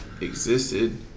existed